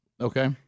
Okay